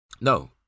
No